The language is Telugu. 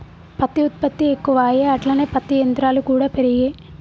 పత్తి ఉత్పత్తి ఎక్కువాయె అట్లనే పత్తి యంత్రాలు కూడా పెరిగే